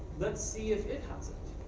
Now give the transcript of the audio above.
let's see if it has it.